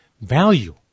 value